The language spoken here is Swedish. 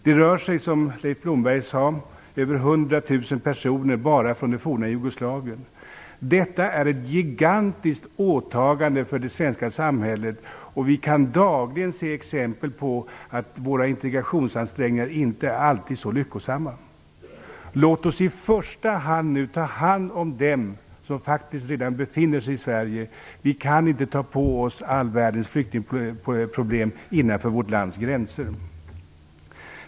Det rör sig, som Leif Blomberg sade, om över 100 000 personer bara från det forna Jugoslavien. Detta är ett gigantiskt åtagande för det svenska samhället. Vi kan dagligen se exempel på att våra integrationsansträngningar inte alltid är så lyckosamma. Låt oss i första hand nu ta hand om dem som faktiskt redan befinner sig i Sverige. Vi kan inte ta på oss all världens flyktingproblem innanför vårt lands gränser.